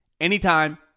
anytime